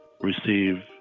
receive